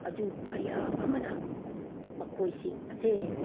ꯑꯗꯨ ꯀꯌꯥ ꯑꯃꯅ ꯃꯈꯣꯏꯁꯤꯡ ꯑꯁꯦ